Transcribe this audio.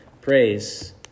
praise